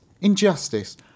injustice